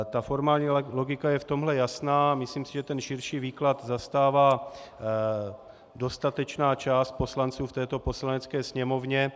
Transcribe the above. Ta formální logika je v tomhle jasná, myslím si, že ten širší výklad zastává dostatečná část poslanců v této Poslanecké sněmovně.